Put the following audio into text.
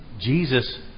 Jesus